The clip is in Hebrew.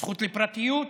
והזכות לפרטיות.